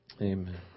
Amen